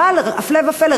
אבל הפלא ופלא,